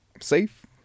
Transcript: safe